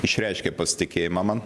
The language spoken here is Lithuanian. išreiškė pasitikėjimą man